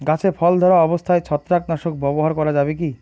গাছে ফল ধরা অবস্থায় ছত্রাকনাশক ব্যবহার করা যাবে কী?